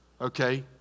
Okay